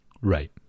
Right